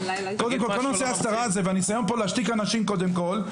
קודם כל כל נושא ההסתרה והניסיון להשתיק אנשים קודם כל ,